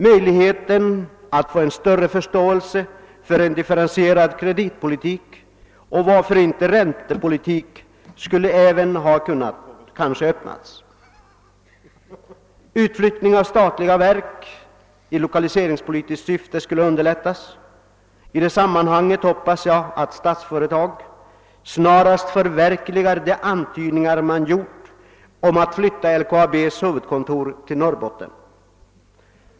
Möjligheter att få en större förståelse för en differentierad kreditpolitik och varför inte också en differentierad räntepolitik skulle kanske även ha skapats. Utflyttning av statliga verk i lokaliseringspolitiskt syfte skulle underlättas. I det sammanhanget hoppas jag att Statsföretag snart förverkligar de antydningar som gjorts om att fiytta LKAB:s huvudkontor till Norrbotten.